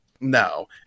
No